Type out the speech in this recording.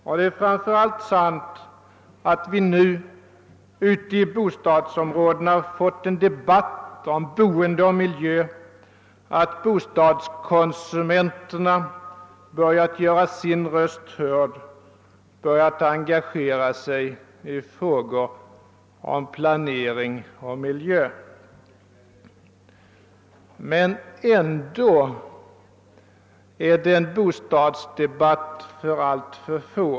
Och det är framför allt sant att vi nu ute i bostadsområdena fått en debatt om boende och miljö, att bostadskonsumenterna börjat göra sin röst hörd, börjat engagera sig i frågor om planering och miljö. Men ändå är det en bostadsdebatt för alltför få.